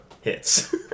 hits